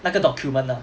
那个 document ah